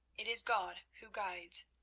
it is god who guides.